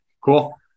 Cool